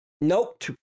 Nope